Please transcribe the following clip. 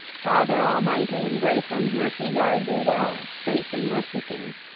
father almighty in grace and mercy guard you well, safe in your seekings.